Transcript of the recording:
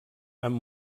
amb